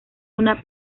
una